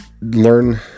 learn